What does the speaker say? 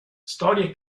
storie